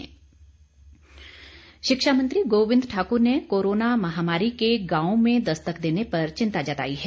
गोविंद ठाकुर शिक्षा मंत्री गोविंद ठाकुर ने कोरोना महामारी के गांव में दस्तक देने पर चिंता जताई है